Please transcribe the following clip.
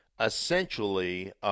essentially